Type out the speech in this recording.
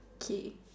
okay